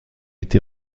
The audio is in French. été